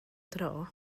dro